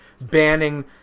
banning